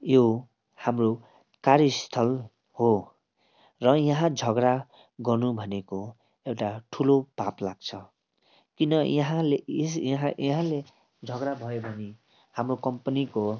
यो हाम्रो कार्यस्थल हो र यहाँ झगडा गर्नु भनेको एउटा ठुलो पाप लाग्छ किन यहाँले इस यहाँ यहाँले झगडा भयो भने हाम्रो कम्पनीको